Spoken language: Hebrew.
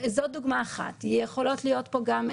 אני יכול גם להבין את הגישה הזאת,